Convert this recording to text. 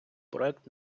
проект